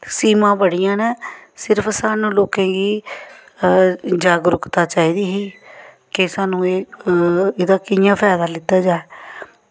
स्कीमां बड़ियां न सिर्फ साह्नूं लोकें ई जागरूकता चाहिदी ही कि साह्नूं एह् एह्दा कि'यां फायदा लैता जाए